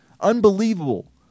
Unbelievable